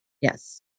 Yes